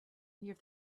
near